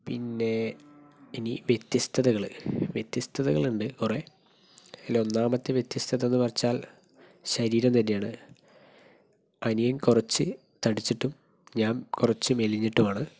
പിന്നേ ഇനി വ്യത്യസ്തതകള് വ്യത്യസ്തതകളുണ്ട് കുറെ അതിൽ ഒന്നാമത്തെ വ്യത്യസ്തത എന്നുവെച്ചാൽ ശരീരം തന്നെയാണ് അനിയൻ കുറച്ച് തടിച്ചിട്ടും ഞാൻ കുറച്ച് മെലിഞ്ഞിട്ടുമാണ്